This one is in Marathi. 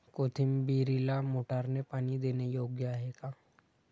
कोथिंबीरीला मोटारने पाणी देणे योग्य आहे का?